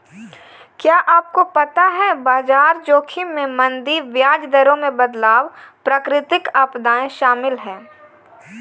क्या आपको पता है बाजार जोखिम में मंदी, ब्याज दरों में बदलाव, प्राकृतिक आपदाएं शामिल हैं?